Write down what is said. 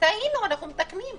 טעינו ואנחנו מתקנים.